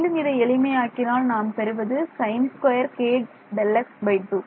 மேலும் இதை எளிமையாக்கினால் நாம் பெறுவது sin2kΔx2